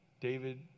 David